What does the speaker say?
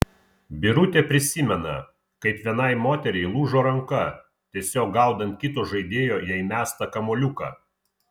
birutė prisimena kaip vienai moteriai lūžo ranka tiesiog gaudant kito žaidėjo jai mestą kamuoliuką